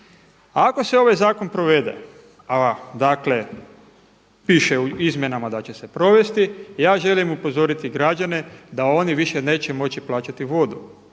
Ako se ovaj zakon provede, a dakle piše u izmjenama da će se provesti ja želim upozoriti građane da oni više neće moći plaćati vodu,